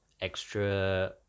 extra